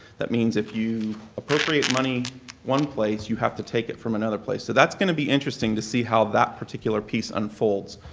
that means if you appropriate money one place, you have to take it from another place. so that's going to be interesting to see how that particular piece unfolds.